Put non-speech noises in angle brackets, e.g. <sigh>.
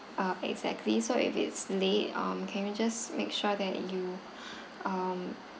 uh exactly so if it's late um can you just make sure that you <breath> um